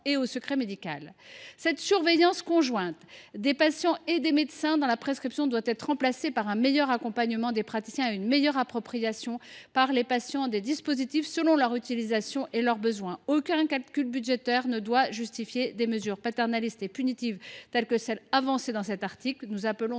et au secret médical. Cette surveillance conjointe des patients et des médecins, dans la prescription, doit être remplacée par un meilleur accompagnement des praticiens et une meilleure appropriation des dispositifs par les patients, selon l’utilisation qu’ils en font et les besoins qui sont les leurs. Aucun calcul budgétaire ne doit justifier des mesures paternalistes et punitives telles que celles qui sont promues dans cet article. Nous appelons